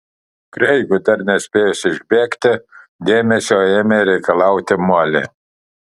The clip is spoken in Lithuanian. kreigui dar nespėjus išbėgti dėmesio ėmė reikalauti molė